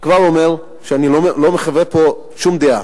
כבר אומר שאני לא מחווה כאן שום דעה,